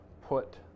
put